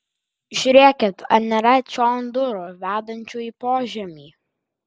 žiūrėkit ar nėra čion durų vedančių į požemį